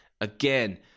Again